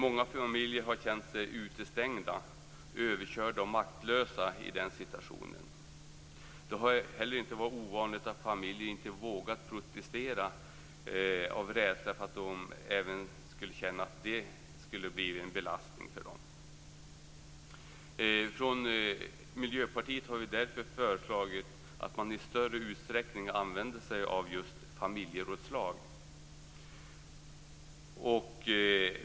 Många familjer har känt sig utestängda, överkörda och maktlösa i den situationen. Det har inte heller varit ovanligt att familjer inte vågat protestera av rädsla för att även det skulle kunna bli en belastning för dem. Från Miljöpartiets sida har vi därför föreslagit att man i större utsträckning använder sig av just familjerådslag.